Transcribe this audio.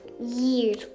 years